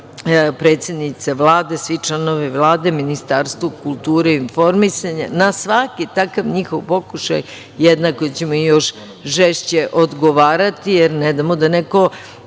predsednica Vlade, svi članovi Vlade, Ministarstvo kulture i informisanja. Na svaki takav njihov pokušaj jednako ćemo i još žešće odgovarati jer ne damo da neko,